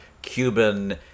cuban